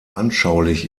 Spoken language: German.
anschaulich